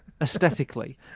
aesthetically